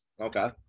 Okay